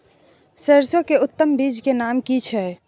सरसो के उत्तम बीज के नाम की छै?